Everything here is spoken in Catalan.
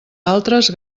altres